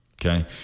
okay